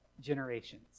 generations